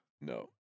No